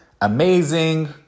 Amazing